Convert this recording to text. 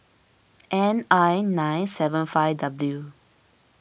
N I nine seven five W